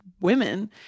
women